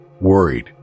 Worried